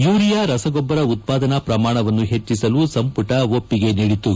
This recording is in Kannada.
ಯೂರಿಯಾ ರಸಗೊಬ್ಬರ ಉತ್ಪಾದನಾ ಪ್ರಮಾಣವನ್ನು ಹೆಚ್ಚಿಸಲು ಸಂಮಟ ಒಪ್ಪಿಗೆ ನೀಡಿತು